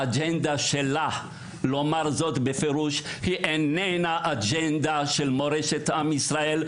האג'נדה שלה לומר זאת בפירוש היא איננה אג'נדה של מורשת עם ישראל,